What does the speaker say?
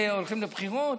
הולכים לבחירות?